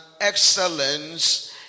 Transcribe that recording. excellence